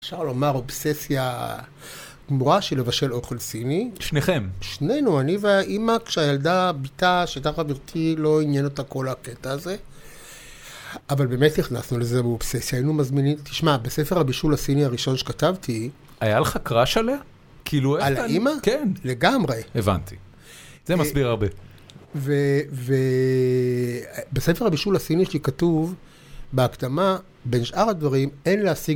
‫אפשר לומר אובססיה גמורה ‫של לבשל אוכל סיני. ‫שניכם? ‫-שנינו, אני והאימא, ‫כשהילדה, ביתה שהייתה חברתי, ‫לא עניין אותה כל הקטע הזה, ‫אבל באמת נכנסנו לזה באובססיה. ‫היינו מזמינים... תשמע, ‫בספר הבישול הסיני הראשון ‫שכתבתי... ‫היה לך קראש עליה? ‫-על האימא? ‫כן. ‫-לגמרי. ‫הבנתי. זה מסביר הרבה. ‫ובספר הבישול הסיני שלי כתוב ‫בהקדמה, בין שאר הדברים, ‫אין להשיג...